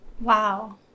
Wow